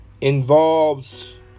involves